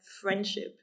friendship